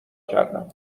کردم